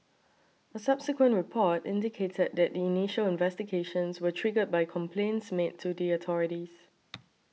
a subsequent report indicated that the initial investigations were triggered by complaints made to the authorities